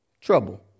trouble